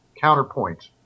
counterpoint